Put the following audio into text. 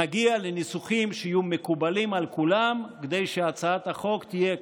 נגיע לניסוחים שיהיו מקובלים על כולם כדי שהצעת החוק תהיה,